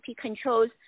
controls